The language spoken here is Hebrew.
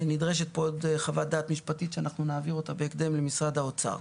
נדרשת פה עוד חוות דעת משפטית שאנחנו נעביר אותה בהקדם למשרד האוצר.